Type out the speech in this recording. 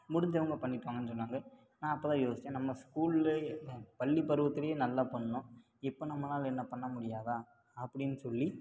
முடிஞ்சவங்க பண்ணிட்டு வாங்கன்னு சொன்னாங்க நான் அப்போதான் யோசித்தேன் நம்ம ஸ்கூல்ல பள்ளி பருவத்திலையே நல்லா பண்ணோம் இப்போ நம்மளால் என்ன பண்ண முடியாதா அப்படின்னு சொல்லி